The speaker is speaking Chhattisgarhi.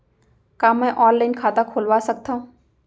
का मैं ऑनलाइन खाता खोलवा सकथव?